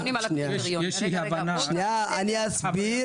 שנייה, אני אסביר,